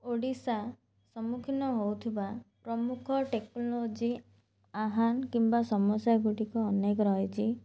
ଓଡ଼ିଶା ସମ୍ମୁଖୀନ ହଉଥିବା ପ୍ରମୁଖ ଟେକ୍ନୋଲୋଜି ଆହାନ୍ କିମ୍ବା ସମସ୍ୟା ଗୁଡ଼ିକ ଅନେକ ରହିଛି